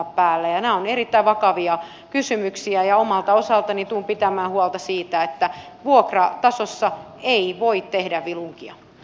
nämä ovat erittäin vakavia kysymyksiä ja omalta osaltani tulen pitämään huolta siitä että vuokratasossa ei voi tehdä vilunkia